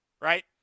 Right